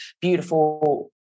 beautiful